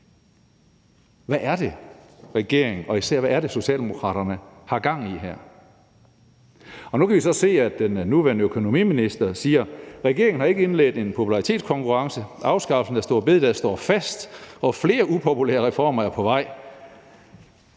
Hvad er det, regeringen og især Socialdemokraterne har gang i her? Nu kan vi jo så se, at den nuværende økonomiminister siger: Vi har ikke indledt en popularitetskonkurrence. Afskaffelsen af store bededag står fast, og flere upopulære reformer er på vej.